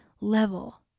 level